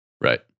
Right